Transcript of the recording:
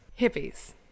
Hippies